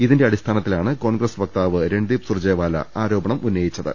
ഇതിന്റെ അടിസ്ഥാനത്തിലാണ് കോൺഗ്രസ് വക്താവ് രൺദീപ് സുർജെ വാല ആരോപണം ഉന്നയിച്ചത്